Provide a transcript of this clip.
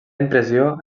impressió